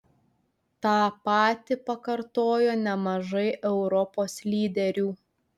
tą patį pakartojo nemažai europos lyderių